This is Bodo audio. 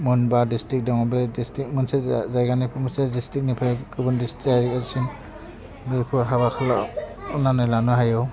मोनबा डिस्ट्रिक्त दङ बे डिस्ट्रिक्त मोनसे जाय जायगानि मोनसे डिस्टिकनिफाय गुबुन डिस्टिकयारिसिम बेखौ हाबाखौ खालामनानै लानो हायो